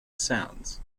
sounds